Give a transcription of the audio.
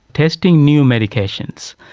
testing new medications.